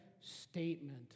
statement